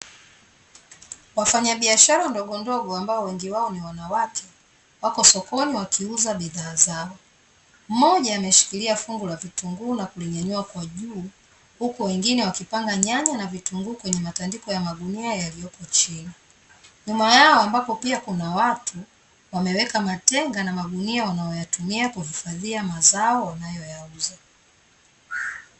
Wafanyabiashara ndogondogo ambao wengi wao ni wanawake, wako sokoni wakiuza bidhaa zao. Mmoja ameshikilia fungu la vitunguu na kulinyanyua kwa juu, huku wengine wakipanga nyanya na vitunguu kwenye matandiko ya magunia yaliyopo chini. Nyuma yao ambapo pia kuna watu wameweka matenga na magunia wanayoyatumia kuhifadhia mazao wanayoyauza.